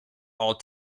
all